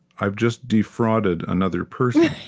i've just defrauded another person